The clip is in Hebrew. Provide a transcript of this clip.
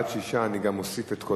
ההצעה להעביר את הנושא לוועדת החינוך,